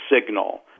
signal